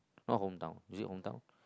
no hometown is it hometown